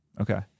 Okay